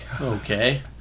Okay